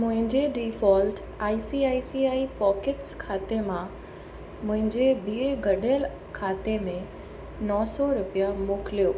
मुंहिंजे default I C I C I pockets खाते मां मुंहिंजे ॿिए गढियल खाते में नौ सौ रुपया मोकिलियो